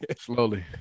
Slowly